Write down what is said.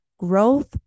Growth